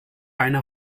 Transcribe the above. einer